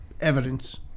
evidence